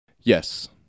Yes